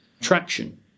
traction